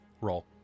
roll